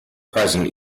present